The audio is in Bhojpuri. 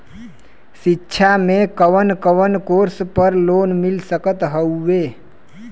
शिक्षा मे कवन कवन कोर्स पर लोन मिल सकत हउवे?